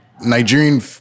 Nigerian